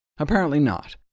apparently not.